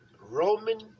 Roman